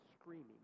screaming